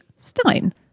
stein